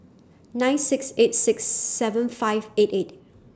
nine six eight six seven five eight eight